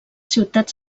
ciutats